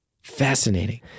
fascinating